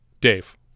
Dave